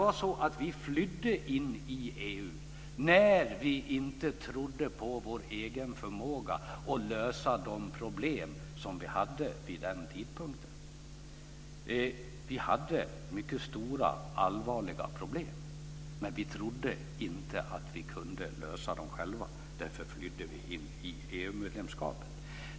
Vi flydde in i EU när vi inte trodde på vår egen förmåga att lösa de problem vi hade vid den tidpunkten. Vi hade mycket stora allvarliga problem, och vi trodde inte att vi kunde lösa dem själva. Därför flydde vi in i EU-medlemskapet.